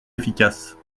efficaces